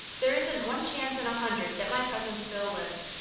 there isn't one chance in a hundred that my cousin still lives.